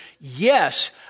yes